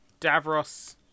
Davros